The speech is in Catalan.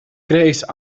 creix